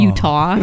Utah